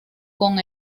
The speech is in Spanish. con